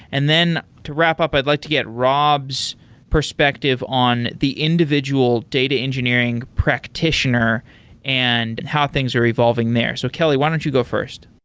and to wrap up, i'd like to get rob's perspective on the individual data engineering practioner and how things are evolving there. so, kelly, why don't you go first?